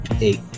eight